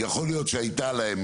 יכול להיות שהייתה להם,